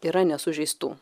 yra nesužeistų